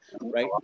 right